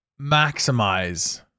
maximize